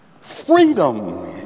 freedom